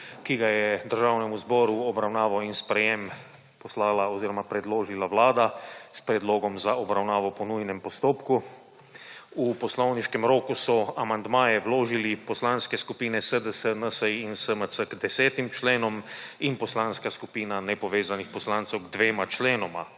ki ga je Državnemu zboru v obravnavo in sprejem poslala oziroma predložila vlada s predlogom za obravnavo po nujnem postopku. V poslovniškem roku so amandmaje vložili poslanske skupine SDS, NSi in SMC k 10 členom in Poslanska skupina nepovezanih poslancev k 2 členoma.